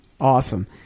Awesome